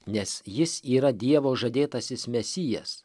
nes jis yra dievo žadėtasis mesijas